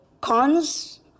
cons